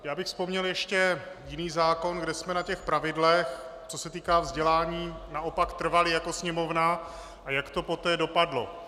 Já bych vzpomněl ještě jiný zákon, kde jsme na těch pravidlech, co se týká vzdělání, naopak trvali jako Sněmovna, a jak to poté dopadlo.